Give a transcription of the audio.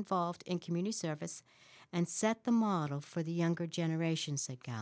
involved in community service and set the model for the younger generations ago